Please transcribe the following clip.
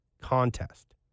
contest